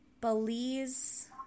Belize